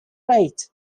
rate